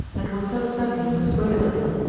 and was so certainly persuaded of it,